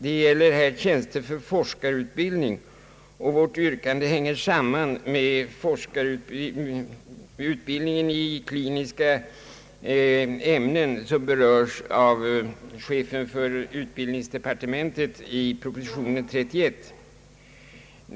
Det gäller tjänster för forskarutbildning, och vårt yrkande hänger samman med forskarutbildningen i kliniska ämnen som berörs av chefen för utbildningsdepartementet i proposition nr 31.